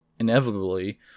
inevitably